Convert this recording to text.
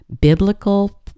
biblical